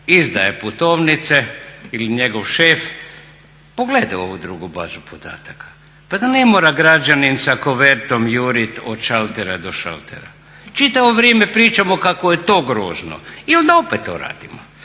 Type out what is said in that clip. izdaje putovnice ili njegov šef pogleda u ovu drugu bazu podataka pa da ne mora građanin sa kovertom jurit od šaltera do šaltera? Čitavo vrijeme pričamo kako je to grozno i onda opet to radimo.